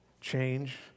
change